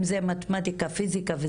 אם זה מתמטיקה פיזיקה,